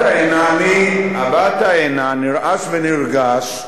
באת הנה נרעש ונרגש,